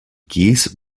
geese